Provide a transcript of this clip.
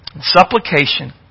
supplication